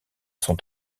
sont